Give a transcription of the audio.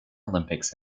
olympics